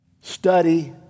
study